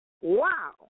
wow